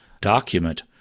document